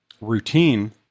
routine